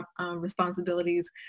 responsibilities